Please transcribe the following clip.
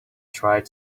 tried